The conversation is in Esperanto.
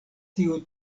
tiu